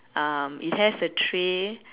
um it has a tray